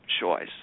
choice